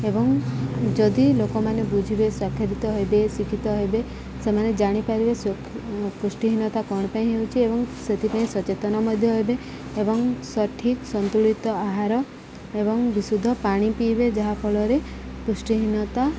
ଏବଂ ଯଦି ଲୋକମାନେ ବୁଝିବେ ସ୍ଵାକ୍ଷରିତ ହେବେ ଶିକ୍ଷିତ ହେବେ ସେମାନେ ଜାଣିପାରିବେ ପୃଷ୍ଟିହୀନତା କ'ଣ ପାଇଁ ହେଉଛି ଏବଂ ସେଥିପାଇଁ ସଚେତନ ମଧ୍ୟ ହେବେ ଏବଂ ସଠିକ ସନ୍ତୁଳିତ ଆହାର ଏବଂ ବିଶୁଦ୍ଧ ପାଣି ପିଇବେ ଯାହାଫଳରେ ପୃଷ୍ଟିହୀନତା